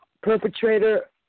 perpetrator